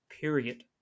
period